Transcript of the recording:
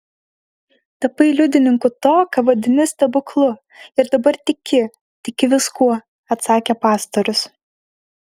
tapai liudininku to ką vadini stebuklu ir dabar tiki tiki viskuo atsakė pastorius